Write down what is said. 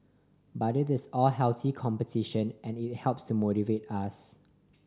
but it's all healthy competition and it helps to motivate us